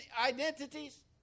identities